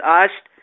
asked